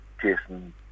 Jason